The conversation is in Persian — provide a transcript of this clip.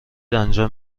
انجام